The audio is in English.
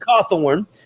Cawthorn